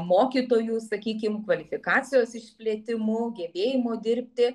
mokytojų sakykim kvalifikacijos išplėtimu gebėjimu dirbti